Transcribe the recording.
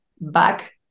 back